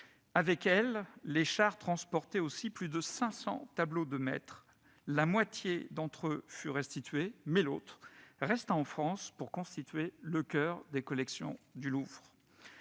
Avec elles, les chars transportaient aussi plus de cinq cents tableaux de maîtres. La moitié d'entre eux fut restituée, mais l'autre resta en France pour constituer le coeur des collections du Louvre.